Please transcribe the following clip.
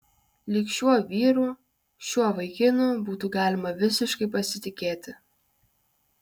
lyg šiuo vyru šiuo vaikinu būtų galima visiškai pasitikėti